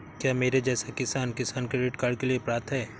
क्या मेरे जैसा किसान किसान क्रेडिट कार्ड के लिए पात्र है?